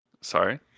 Sorry